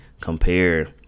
compare